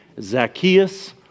Zacchaeus